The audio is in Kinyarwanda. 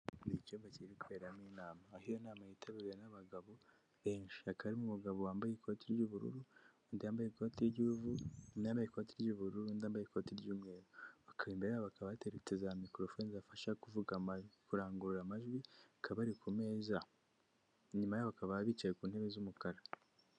Ni icyumba kiri kuberamo inama, aho iyo nama yitabiriwe n'abagabo benshi. Hakaba harimo umugabo wambaye ikote ry'ubururu, undi wambaye ikote ry'ivu, undi wambaye ikote ry'ubururu n'undi wambaye ikoti ry'umweru, imbere yabo hakaba hateretse za mikorofone zibafasha kurangurura amajwi, bakaba bari ku meza, inyuma bakaba bicaye ku ntebe z'umukara.